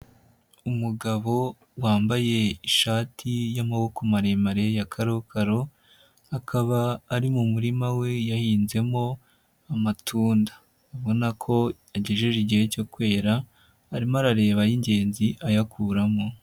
Umugabo wambaye ishati y'amaboko maremare ya karokaro, akaba ari mu murima we yahinzemo amatunda ubona ko agejeje igihe cyo kwera, arimo arareba ay'ingenzi ayakuramo.